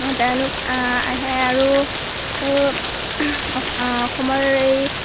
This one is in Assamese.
তেওঁলোক আহে আৰু অসমৰ এই